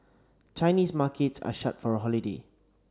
Chinese markets are shut for a holiday